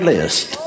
List